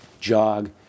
jog